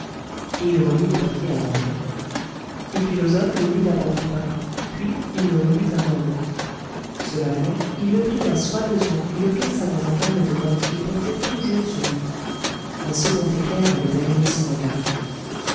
et il remit le papier à wang le philosophe le lut d'abord tout bas puis il le relut à voix haute cela fait il le plia soigneusement et le plaça dans un carnet de notes qu'il portait toujours sur lui un second éclair avait allumé son regard